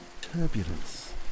turbulence